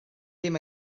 ddim